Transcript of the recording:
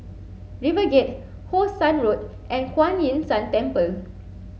RiverGate How Sun Road and Kuan Yin San Temple